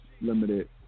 limited